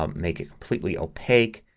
um make it completely opaque.